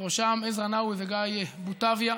ובראשם עזרא נאווי וגיא בוטביה,